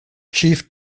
chief